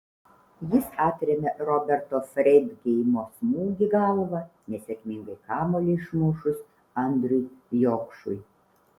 jis atrėmė roberto freidgeimo smūgį galva nesėkmingai kamuolį išmušus andriui jokšui